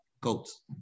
Goats